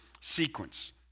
sequence